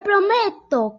prometo